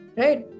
right